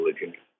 religion